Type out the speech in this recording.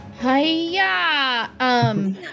Hiya